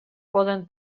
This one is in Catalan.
poden